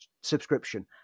subscription